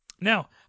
Now